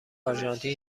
آرژانتین